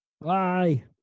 Bye